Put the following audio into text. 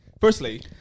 firstly